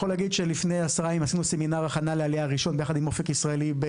לפני עשרה ימים עשינו סמינר הכנה לעלייה ראשון ביחד עם "אופק ישראלי"